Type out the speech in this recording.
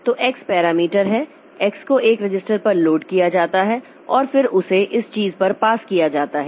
तो x parameter है x को एक रजिस्टर पर लोड किया जाता है और फिर उसे इस चीज़ पर पास किया जाता है